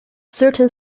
certain